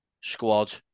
squad